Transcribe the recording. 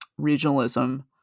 regionalism